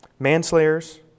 manslayers